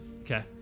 okay